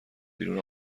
بیرون